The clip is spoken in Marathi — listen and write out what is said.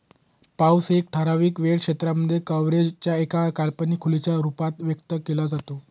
पाऊस एका ठराविक वेळ क्षेत्रांमध्ये, कव्हरेज च्या एका काल्पनिक खोलीच्या रूपात व्यक्त केला जातो